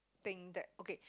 thing that okay